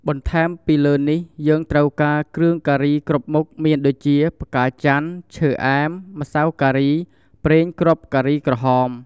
បន្ថែមពីលើនេះយើងត្រូវការ គ្រឿងការីគ្រប់មុខមានដូចជា ផ្កាចាន់ ឈើអែម ម្សៅការី ប្រេងគ្រាប់ការីក្រហម។